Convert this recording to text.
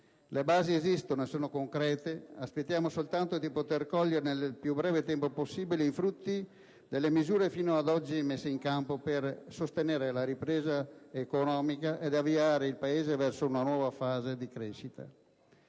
Le basi esistono e sono concrete. Aspettiamo soltanto di poter cogliere, nel più breve tempo possibile, i frutti delle misure fino ad oggi messe in campo per sostenere la ripresa economica ed avviare il Paese verso una nuova fase di crescita.